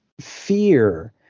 fear